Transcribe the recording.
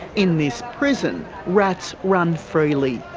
in this prison, rats run freely.